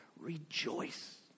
Rejoice